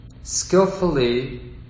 skillfully